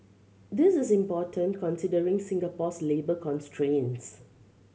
this is important considering Singapore's labour constraints